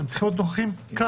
הם צריכים להיות נוכחים כאן.